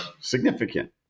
significant